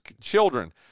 children